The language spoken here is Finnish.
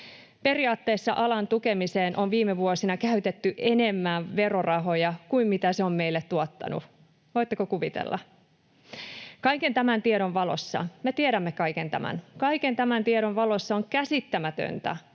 Periaatteessa alan tukemiseen on viime vuosina käytetty enemmän verorahoja kuin mitä se on meille tuottanut — voitteko kuvitella? Kaiken tämän tiedon valossa — me tiedämme